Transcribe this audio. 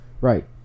right